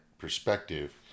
perspective